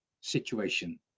situation